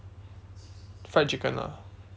fried chicken lah